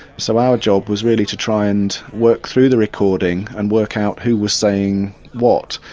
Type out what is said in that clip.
so our job was really to try and work through the recording and work out who was saying what.